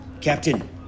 Captain